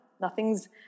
Nothing's